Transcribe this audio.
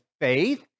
faith